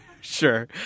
Sure